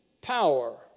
power